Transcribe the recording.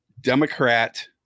Democrat